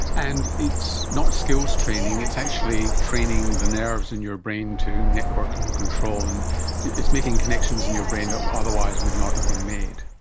and it's not skills training, it's actually training the nerves in your brain to network and control, and it's making connections in your brain that otherwise would not have been made.